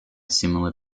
similar